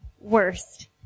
worst